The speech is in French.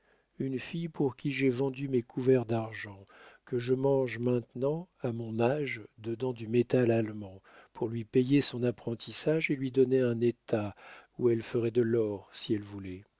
une fille pour qui j'ai vendu mes couverts d'argent que je mange maintenant à mon âge dedans du métal allemand pour lui payer son apprentissage et lui donner un état où elle ferait de l'or si elle voulait